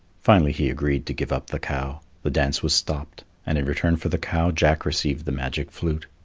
finally he agreed to give up the cow. the dance was stopped, and in return for the cow, jack received the magic flute.